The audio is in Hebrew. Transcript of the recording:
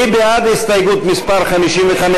מי בעד הסתייגות מס' 55?